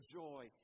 joy